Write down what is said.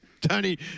Tony